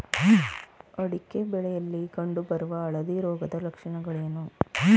ಅಡಿಕೆ ಬೆಳೆಯಲ್ಲಿ ಕಂಡು ಬರುವ ಹಳದಿ ರೋಗದ ಲಕ್ಷಣಗಳೇನು?